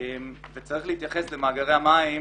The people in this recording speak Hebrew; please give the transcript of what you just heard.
צריך להתייחס למאגרי המים